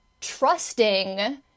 trusting